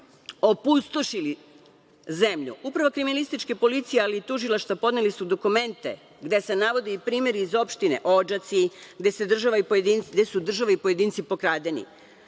opustošili zemlju. Uprava kriminalističke policije, ali i tužilaštva podneli su dokumente gde se navode i primeri iz opštine Odžaci gde su država i pojedinci pokradeni.